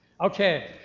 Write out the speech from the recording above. Okay